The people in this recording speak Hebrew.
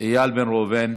איל בן ראובן.